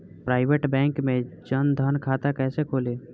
Private bank मे जन धन खाता कैसे खुली?